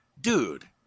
dude